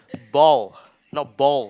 ball not ball